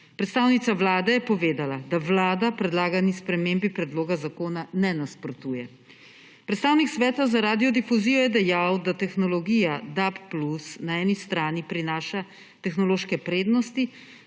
Predstavnica Vlade je povedala, da Vlada predlagani spremembi predloga zakona ne nasprotuje. Predstavnik Sveta za radiodifuzijo je dejal, da tehnologija DAB+ na eni strani prinaša tehnološke prednosti,